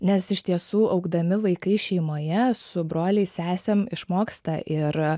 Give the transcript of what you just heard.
nes iš tiesų augdami vaikai šeimoje su broliais sesėm išmoksta ir